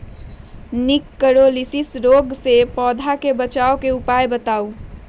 निककरोलीसिस रोग से पौधा के बचाव के उपाय बताऊ?